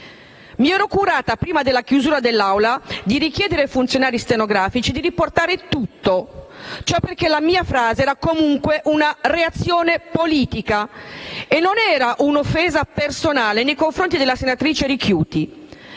Mi ero curata, prima della chiusura della seduta dell'Assemblea, di richiedere ai funzionari stenografi di riportare tutto. Ciò perché la mia frase era comunque una reazione politica e non era un' offesa personale nei confronti della senatrice Ricchiuti.